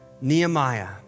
Nehemiah